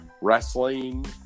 wrestling